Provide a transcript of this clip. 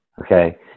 Okay